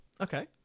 Okay